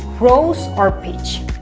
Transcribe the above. rose or peach